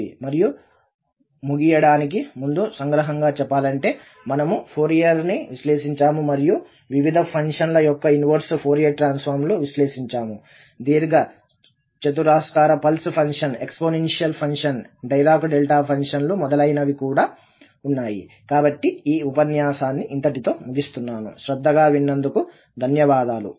మరియు ముగించడానికి ముందు సంగ్రహంగా చెప్పాలంటే మనము ఫోరియర్ని విశ్లేషించాము మరియు వివిధ ఫంక్షన్ల యొక్క ఇన్వర్స్ ఫోరియర్ ట్రాన్సఫార్మ్ లు విశ్లేషించాము దీర్ఘచతురస్రాకార పల్స్ ఫంక్షన్ ఎక్స్పోనెన్షియల్ ఫంక్షన్లు డైరాక్ డెల్టా ఫంక్షన్లు మొదలైనవి కూడా ఉన్నాయి కాబట్టి ఈ ఉపన్యాసాన్ని ఇంతటితో ముగిస్తున్నాను శ్రద్ధగా విన్నందుకు ధన్యవాదాలు